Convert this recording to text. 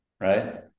right